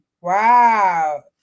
Wow